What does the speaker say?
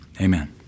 Amen